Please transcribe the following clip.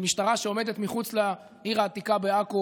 של משטרה שעומדת מחוץ לעיר העתיקה בעכו